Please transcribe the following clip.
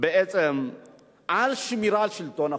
על שמירת שלטון החוק.